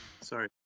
Sorry